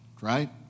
right